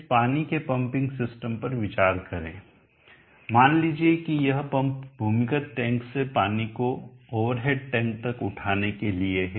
इस पानी के पंपिंग सिस्टम पर विचार करें मान लीजिए कि यह पंप भूमिगत टैंक से पानी को ओवरहेड टैंक तक उठाने के लिए है